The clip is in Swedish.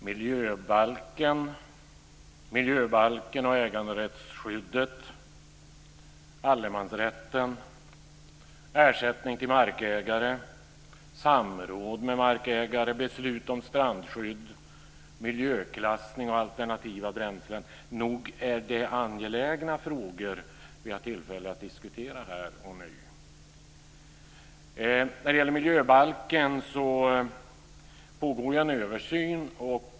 Fru talman! Miljöbalken och äganderättsskyddet, allemansrätten, ersättning till markägare, samråd med markägare, beslut om strandskydd, miljöklassning och alternativa bränslen är angelägna frågor som vi har tillfälle att diskutera här och nu. Det pågår nu en översyn av miljöbalken.